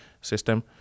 system